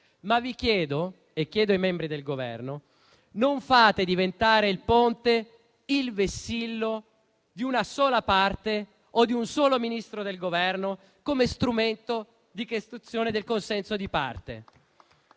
alla maggioranza e ai membri del Governo di non fare diventare il Ponte il vessillo di una sola parte o di un solo Ministro del Governo, come strumento di costruzione del consenso di parte.